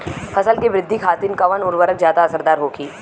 फसल के वृद्धि खातिन कवन उर्वरक ज्यादा असरदार होखि?